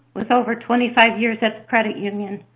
with over twenty five years at the credit union.